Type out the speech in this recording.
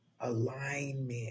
alignment